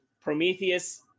Prometheus